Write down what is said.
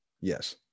Yes